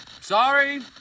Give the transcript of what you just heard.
Sorry